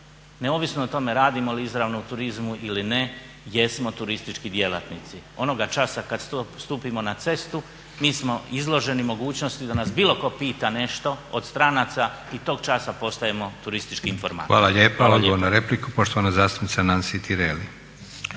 neovisno o tome radimo li izravno u turizmu ili ne, jesmo turistički djelatnici. Onoga časa kada stupimo na cestu, mi smo izloženi mogućnosti da nas bilo tko pita nešto od stranaca i tog časa postajemo turistički informatori. **Leko, Josip (SDP)** Hvala lijepo. Odgovor na repliku poštovana zastupnica Nansi Tireli.